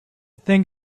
thing